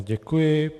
Děkuji.